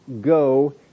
go